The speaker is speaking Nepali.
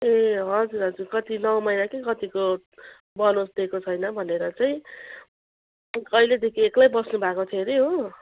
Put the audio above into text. ए हजुर हजुर कति नौ महिना कि कतिको बनोस दिएको छैन भनेर चाहिँ कहिलेदेखि एक्लै बस्नुभएको थियो अरे हो